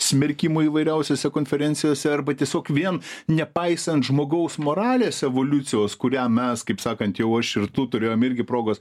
smerkimų įvairiausiose konferencijose arba tiesiog vien nepaisant žmogaus moralės evoliucijos kurią mes kaip sakant jau aš ir tu turėjom irgi progos